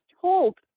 told